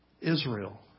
Israel